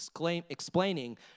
explaining